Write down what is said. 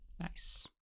Nice